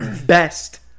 best